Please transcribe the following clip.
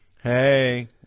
Hey